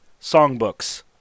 songbooks